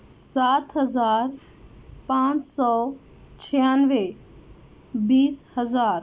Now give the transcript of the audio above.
سات ہزار پانچ سو چھیانوے بیس ہزار